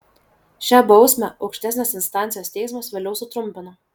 šią bausmę aukštesnės instancijos teismas vėliau sutrumpino